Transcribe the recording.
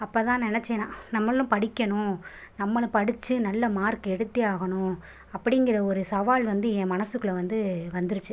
அப்போ தான் நினைச்சேன் நான் நம்மளும் படிக்கணும் நம்மளும் படித்து நல்ல மார்க் எடுத்தே ஆகணும் அப்படிங்கிற ஒரு சவால் வந்து என் மனசுக்குள்ளே வந்து வந்துடுச்சு